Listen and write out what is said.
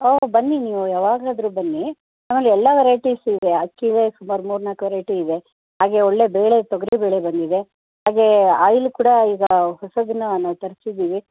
ಓ ಬನ್ನಿ ನೀವು ಯಾವಾಗಾದ್ರೂ ಬನ್ನಿ ಆಮೇಲೆ ಎಲ್ಲ ವೆರೈಟೀಸೂ ಇದೆ ಅಕ್ಕಿಲೇ ಸುಮಾರು ಮೂರು ನಾಲ್ಕು ವೆರೈಟಿ ಇದೆ ಹಾಗೆ ಒಳ್ಳೆಯ ಬೇಳೆ ತೊಗರಿಬೇಳೆ ಬಂದಿದೆ ಹಾಗೇ ಆಯಿಲ್ ಕೂಡ ಈಗ ಹೊಸದನ್ನ ನಾವು ತರ್ಸಿದ್ದೀವಿ